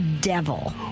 devil